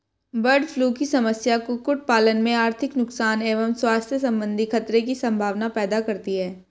bird flu की समस्या कुक्कुट पालन में आर्थिक नुकसान एवं स्वास्थ्य सम्बन्धी खतरे की सम्भावना पैदा करती है